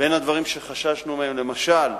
בין הדברים שחששנו מהם, למשל,